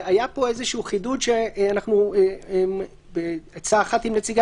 היה פה איזשהו חידוד שבעצה אחת עם נציגי